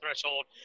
threshold